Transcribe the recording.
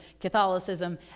Catholicism